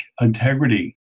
integrity